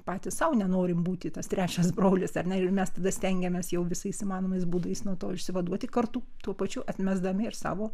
patys sau nenorim būti tas trečias brolis ar ne ir mes tada stengiamės jau visais įmanomais būdais nuo to išsivaduoti kartu tuo pačiu atmesdami ir savo